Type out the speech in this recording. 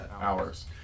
hours